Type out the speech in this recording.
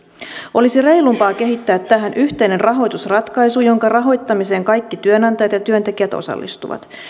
olisi reilumpaa kehittää tähän yhteinen rahoitusratkaisu jonka rahoittamiseen kaikki työnantajat ja työntekijät osallistuvat